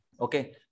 Okay